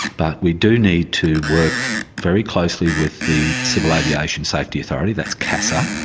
but we do need to work very closely with the civil aviation safety authority that's casa,